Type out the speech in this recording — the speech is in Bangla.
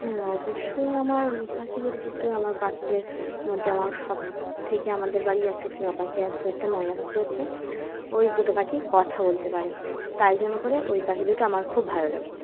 হ্যাঁ অবশ্যই আমার পাখিদের মধ্যে আমার পাখিদের মধ্যে আমার সব থেকে আমাদের বাড়ির একটা টিঁয়া পাখি আছে একটা ময়না পাখি আছে ওই দুটো পাখি কথা বলতে পারে তাই জন্য করে ওই পাখি দুটো আমার খুব ভালো লাগে